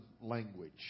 language